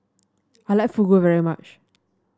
I like Fugu very much